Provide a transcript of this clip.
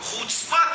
חוצפה.